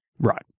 right